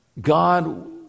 God